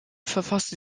verfasste